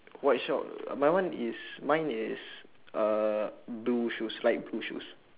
white sock mine one is mine is uh blue shoes light blue shoes